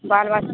बाल बच्चा